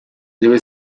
debe